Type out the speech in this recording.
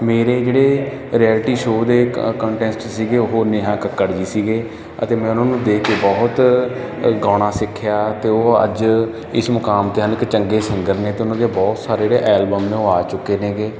ਮੇਰੇ ਜਿਹੜੇ reality show ਦੇ ਕ ਕੰਟੈਸਟ ਸੀਗੇ ਉਹ ਨੇਹਾ ਕੱਕੜ ਜੀ ਸੀਗੇ ਅਤੇ ਮੈਂ ਉਹਨਾਂ ਨੂੰ ਦੇਖ ਕੇ ਬਹੁਤ ਗਾਉਣਾ ਸਿੱਖਿਆ ਅਤੇ ਉਹ ਅੱਜ ਇਸ ਮੁਕਾਮ 'ਤੇ ਹਨ ਕਿ ਚੰਗੇ ਸਿੰਗਰ ਨੇ ਅਤੇ ਉਹਨਾਂ ਦੇ ਬਹੁਤ ਸਾਰੇ ਜਿਹੜੇ ਐਲਬਮ ਨੇ ਉਹ ਆ ਚੁੱਕੇ ਨੇਗੇ